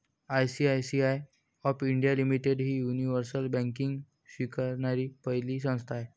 ICICI of India limited ही universal banking स्वीकारणारी पहिली संस्था आहे